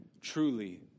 Truly